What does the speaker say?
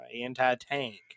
anti-tank